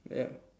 yup